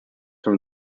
from